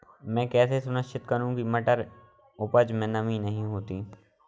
मैं कैसे सुनिश्चित करूँ की मटर की उपज में नमी नहीं है?